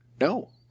no